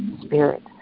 spirit